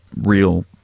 real